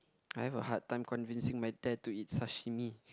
I have a hard time convincing my dad to eat sashimi